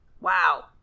wow